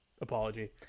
apology